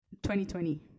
2020